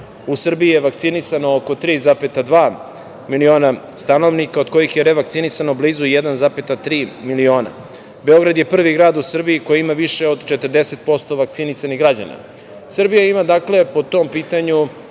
u Srbiji je vakcinisano oko 3,2 miliona stanovnika, od kojih je revakcinisano blizu 1,3 miliona. Beograd je prvi grad u Srbiji koji ima više od 40% vakcinisanih građana. Srbija ima po tom pitanju